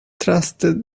trusted